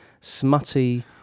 smutty